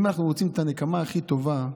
אם אנחנו רוצים את הנקמה הכי טובה,